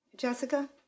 Jessica